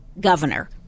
governor